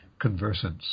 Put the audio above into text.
conversants